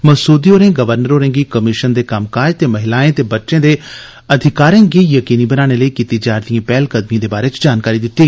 मसूदी होरें गवर्नर होरें'गी कमिशन दे कम्मकाज ते महिलाएं ते बच्चें दे अधिकारें दी यकीनी बनाने लेई कीती जा'रदी पैहलकदमिएं बारै जानकारी दित्ती